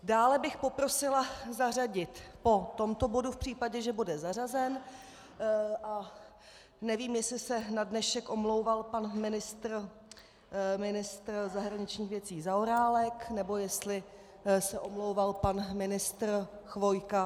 Dále bych poprosila zařadit po tomto bodu v případě, že bude zařazen, a nevím, jestli se na dnešek omlouval pan ministr zahraničních věcí Zaorálek nebo jestli se omlouval pan ministr Chvojka.